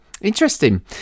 interesting